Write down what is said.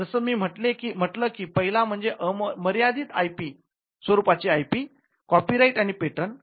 जसं मी म्हटलं की पहिला म्हणजे मर्यादित स्वरूपाचे आयपी कॉपीराइट्स आणि पेटंट